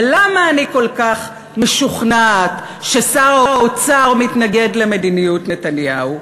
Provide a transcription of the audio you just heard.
ולמה אני כל כך משוכנעת ששר האוצר מתנגד למדיניות נתניהו?